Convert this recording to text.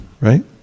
right